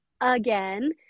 again